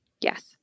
Yes